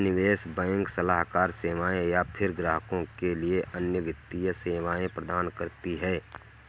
निवेश बैंक सलाहकार सेवाएँ या फ़िर ग्राहकों के लिए अन्य वित्तीय सेवाएँ प्रदान करती है